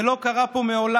זה לא קרה פה מעולם.